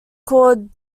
called